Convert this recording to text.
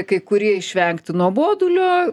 kai kurie išvengt nuobodulio